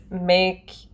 make